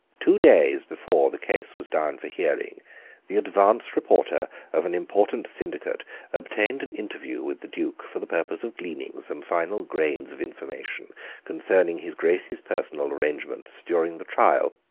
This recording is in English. two days before the case was down for hearing the advance reporter of an important syndicate obtained an interview with the duke for the purpose of gleaning some final grains of information concerning his grace's personal arrangements during the trial.